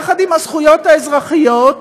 יחד עם הזכויות האזרחיות,